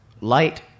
light